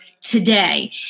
today